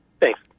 Thanks